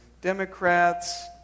Democrats